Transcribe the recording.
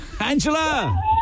Angela